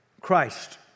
Christ